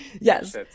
Yes